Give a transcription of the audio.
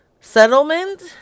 settlement